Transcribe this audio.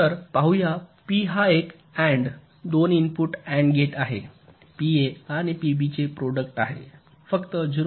तर पाहुया P हा एक AND दोन इनपुट अँड गेट आहे पीए आणि पीबीचे प्रॉडक्ट आहे फक्त ०